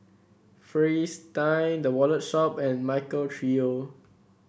Fristine The Wallet Shop and Michael Trio